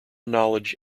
knowledge